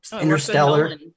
Interstellar